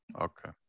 Okay